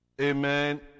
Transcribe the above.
Amen